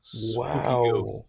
wow